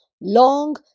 long